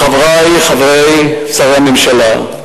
לחברי שרי הממשלה,